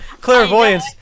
clairvoyance